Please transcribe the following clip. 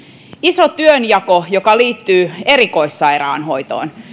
iso työnjako joka liittyy erikoissairaanhoitoon